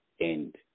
end